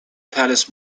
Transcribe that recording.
place